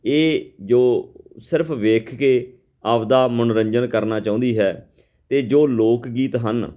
ਇਹ ਜੋ ਸਿਰਫ ਵੇਖ ਕੇ ਆਪਦਾ ਮਨੋਰੰਜਨ ਕਰਨਾ ਚਾਹੁੰਦੀ ਹੈ ਅਤੇ ਜੋ ਲੋਕ ਗੀਤ ਹਨ